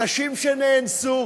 אנשים שנאנסו,